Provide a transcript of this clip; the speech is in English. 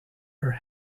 her